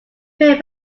pray